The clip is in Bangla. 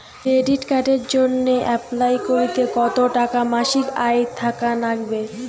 ক্রেডিট কার্ডের জইন্যে অ্যাপ্লাই করিতে কতো টাকা মাসিক আয় থাকা নাগবে?